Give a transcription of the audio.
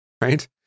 right